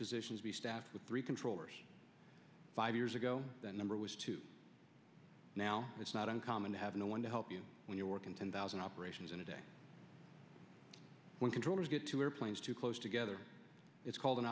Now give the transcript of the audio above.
positions be staffed with three controllers five years ago that number was two now it's not uncommon to have no one to help you when you're working ten thousand operations in a day when controllers get two airplanes too close together it's called an